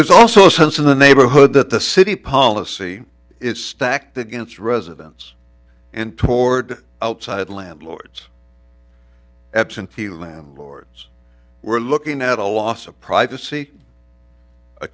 there's also a sense in the neighborhood that the city policy is stacked against residents and toward outside landlords absentee landlords we're looking at a loss of privacy a